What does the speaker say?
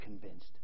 convinced